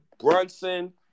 Brunson